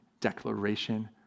declaration